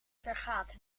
vergaat